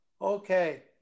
okay